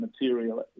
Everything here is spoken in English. material